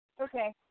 Okay